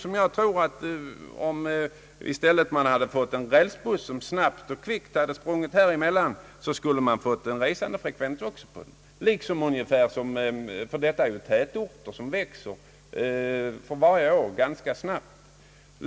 Om man i stället hade fått en rälsbuss, som snabbt rusat emellan, skulle man också ha fått större resande frekvens. Det gäller ju här tätorter som för varje år växer ganska snabbt.